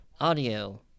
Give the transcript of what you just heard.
Audio